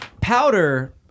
Powder